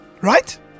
Right